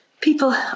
people